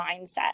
mindset